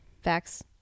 facts